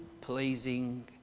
pleasing